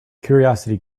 curiosity